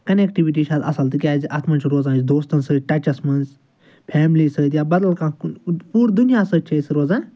connectivity چھِ اتھ اصل تِکیٚازِ اتھ منٛز چھِ روزان أسۍ دوستن سۭتۍ ٹچس منٛز فیملی سۭتۍ یا بدل کانٛہہ کُن پوٗرٕ دُنیاہس سۭتۍ چھِ أسۍ روزان